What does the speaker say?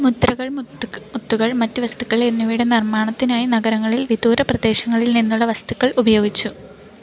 മുദ്രകൾ മുത്തുകൾ മറ്റ് വസ്തുക്കൾ എന്നിവയുടെ നിർമ്മാണത്തിനായി നഗരങ്ങളിൽ വിദൂര പ്രദേശങ്ങളിൽ നിന്നുള്ള വസ്തുക്കൾ ഉപയോഗിച്ചു